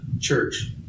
church